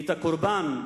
את הקורבן,